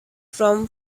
from